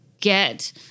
get